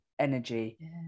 Energy